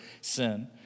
sin